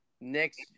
next